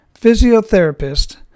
physiotherapist